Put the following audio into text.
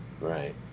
right